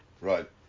Right